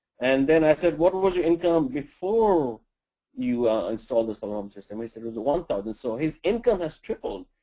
and then, i said, what was your income before you installed the solar home system he said it was one thousand. so his income has tripled.